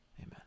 Amen